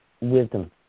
wisdom